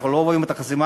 אנחנו לא עוברים את החסימה,